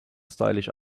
stylish